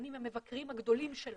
אני מהבקרים הגדולים שלהן.